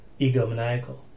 egomaniacal